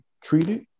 treated